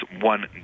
one